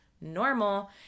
normal